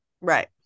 Right